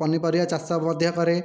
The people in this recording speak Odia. ପନିପରିବା ଚାଷ ମଧ୍ୟ କରେ